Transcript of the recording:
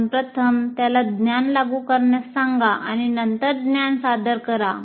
आपण प्रथम त्याला ज्ञान लागू करण्यास सांगा आणि नंतर ज्ञान सादर करा